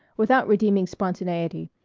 without redeeming spontaneity,